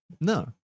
No